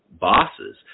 bosses